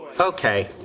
Okay